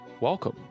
Welcome